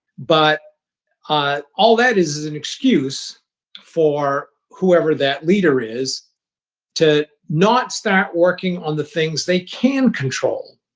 but ah all that is is an excuse for whoever that leader is to not start working on the things they can control.